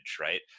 right